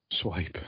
Swipe